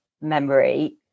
memory